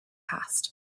past